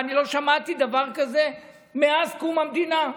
ואני לא שמעתי דבר כזה מאז קום המדינה.